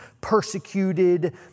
persecuted